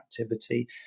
activity